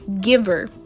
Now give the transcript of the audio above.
giver